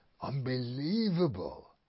Unbelievable